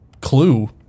clue